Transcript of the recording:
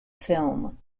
film